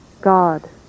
God